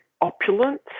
opulent